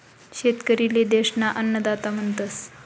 शेतकरी ले देश ना अन्नदाता म्हणतस